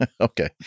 Okay